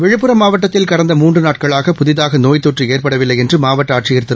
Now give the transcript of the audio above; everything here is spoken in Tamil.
விழுப்புரம் மாவட்டத்தில் கடந்த மூன்று நாட்களாக புதிதாக நோய்த் தொற்று ஏற்படவில்லை என்று மாவட்ட ஆட்சியா் திரு